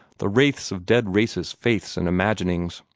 the wraiths of dead races' faiths and imaginings.